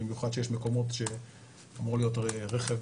במיוחד שיש מקומות שאמור להיות רכב